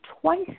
twice